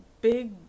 big